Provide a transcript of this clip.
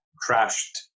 crashed